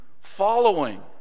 following